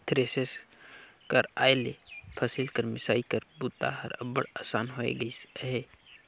thresher कर आए ले फसिल कर मिसई कर बूता हर अब्बड़ असान होए गइस अहे